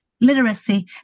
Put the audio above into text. literacy